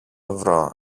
βρω